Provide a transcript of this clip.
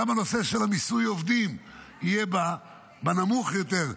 גם הנושא של מיסוי עובדים יהיה בנמוך יותר,